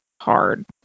hard